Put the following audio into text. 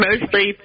mostly